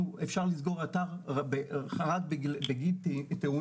אפשר לסגור אתר בגין תאונה.